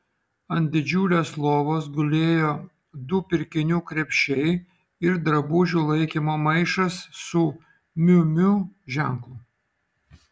ant didžiulės lovos gulėjo du pirkinių krepšiai ir drabužių laikymo maišas su miu miu ženklu